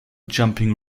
jumping